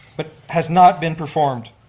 but has not been performed.